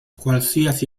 qualsiasi